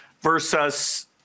versus